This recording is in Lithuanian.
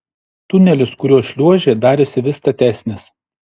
tunelis kuriuo šliuožė darėsi vis statesnis